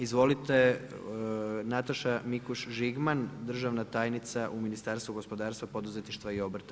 Izvolite, Nataša Mikuš Žigman, državna tajnica u Ministarstvu gospodarstva, poduzetništva i obrta.